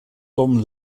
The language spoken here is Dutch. tom